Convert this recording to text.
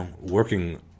working